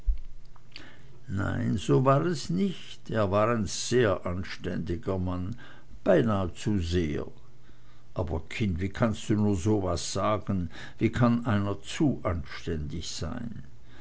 nein so war es nicht er war ein sehr anständiger mann beinahe zu sehr aber kind wie kannst du nur so was sagen wie kann einer zu anständig sein